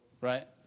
right